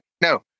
no